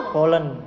Poland